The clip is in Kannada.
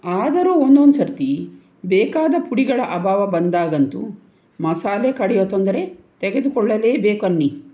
ಆದರೂ ಒಂದೊಂದ್ ಸರ್ತಿ ಬೇಕಾದ ಪುಡಿಗಳ ಅಭಾವ ಬಂದಾಗಂತೂ ಮಸಾಲೆ ಕಡಿಯೋ ತೊಂದರೆ ತೆಗೆದುಕೊಳ್ಳಲೇಬೇಕನ್ನಿ